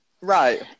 Right